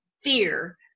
fear